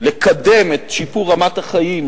לקדם את שיפור רמת החיים,